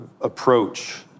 approach